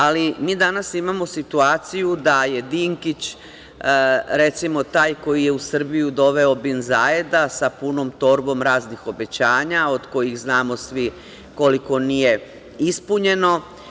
Ali, mi danas imamo situaciju da je Dinkić, recimo, taj koji je u Srbiju doveo Bin Zajeda sa punom torbom raznih obećanja, od kojih, znamo svi, koliko nije ispunjeno.